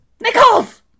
Nichols